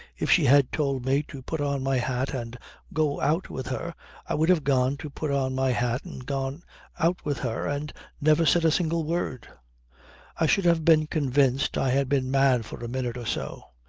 if she had told me to put on my hat and go out with her i would have gone to put on my hat and gone out with her and never said a single word i should have been convinced i had been mad for a minute or so,